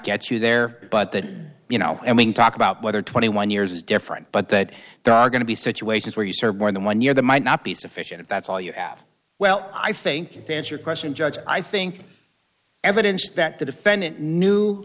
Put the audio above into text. get you there but that you know and we can talk about whether twenty one years is different but that there are going to be situations where you serve more than one year that might not be sufficient if that's all you have well i think there's your question judge i think evidence that the defendant knew